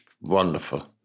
wonderful